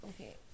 okay